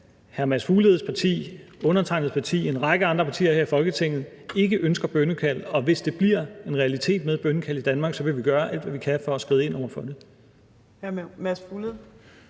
hr. Mads Fugledes parti, undertegnedes parti og en række andre partier her i Folketinget ikke ønsker bønnekald, og hvis det bliver en realitet med bønnekald i Danmark, vil vi gøre alt, hvad vi kan, for at skride ind over for det.